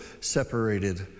separated